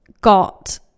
got